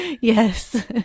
Yes